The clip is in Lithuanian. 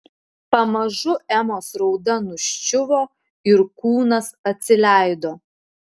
pamažu emos rauda nuščiuvo ir kūnas atsileido